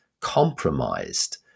compromised